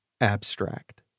Abstract